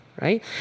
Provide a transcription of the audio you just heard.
right